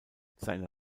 seine